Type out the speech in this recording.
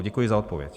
Děkuji za odpověď.